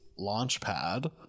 Launchpad